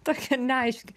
tokia neaiški